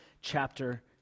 chapter